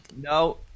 no